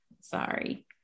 sorry